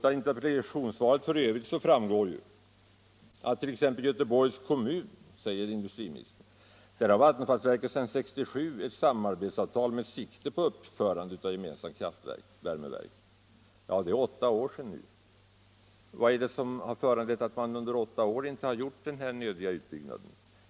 Av interpellationssvaret f. ö. framgår ju att t.ex. med Göteborgs kommun ”har Vattenfallsverket sedan 1967 ett samarbetsavtal med sikte på uppförande av ett gemensamt kraftvärmeverk”. Ja, det är åtta år sedan. Vad är det som föranlett att man under åtta år inte har gjort den här nödiga utbyggnaden?